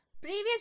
previous